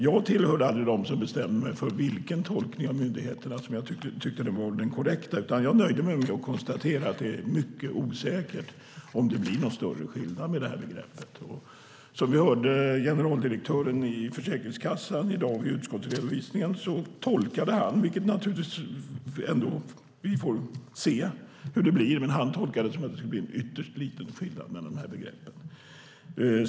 Jag tillhörde aldrig dem som bestämde sig för vilken tolkning från myndigheterna som var den korrekta, utan jag nöjde mig med att konstatera att det var mycket osäkert om det skulle bli någon större skillnad med begreppet här. Som vi under utskottsredovisningen i dag hörde tolkade generaldirektören hos Försäkringskassan - vi får se hur det blir - att det blir en ytterst liten skillnad när det gäller de här begreppen.